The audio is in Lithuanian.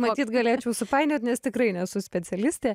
matyt galėčiau supainiot nes tikrai nesu specialistė